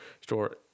store